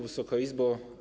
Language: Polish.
Wysoka Izbo!